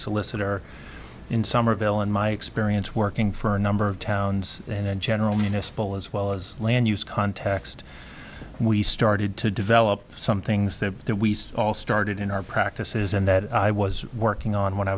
solicitor in somerville and my experience working for a number of towns and in general municipal as well as land use context we started to develop some things that we all started in our practices and that i was working on when i